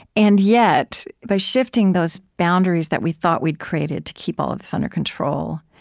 and yet, by shifting those boundaries that we thought we'd created to keep all of this under control,